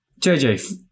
JJ